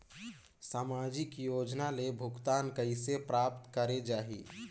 समाजिक योजना ले भुगतान कइसे प्राप्त करे जाहि?